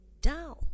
down